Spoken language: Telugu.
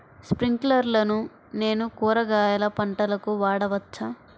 స్ప్రింక్లర్లను నేను కూరగాయల పంటలకు వాడవచ్చా?